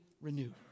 renewed